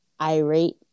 irate